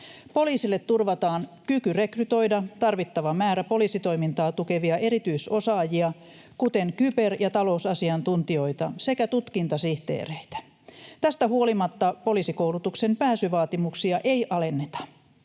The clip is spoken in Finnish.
Poliisille turvataan kyky rekrytoida tarvittava määrä poliisitoimintaa tukevia erityisosaajia, kuten kyber- ja talousasiantuntijoita sekä tutkintasihteereitä. Tästä huolimatta poliisikoulutuksen pääsyvaatimuksia ei alenneta.